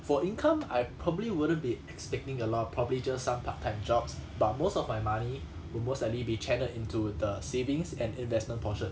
for income I probably wouldn't be expecting a lot probably just some part-time jobs but most of my money will most likely be channelled into the savings and investment portion